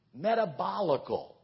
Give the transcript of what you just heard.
metabolical